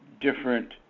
different